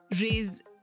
raise